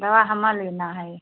दवा हमरी लेना है